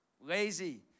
lazy